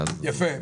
יפה.